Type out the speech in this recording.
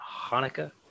Hanukkah